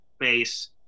face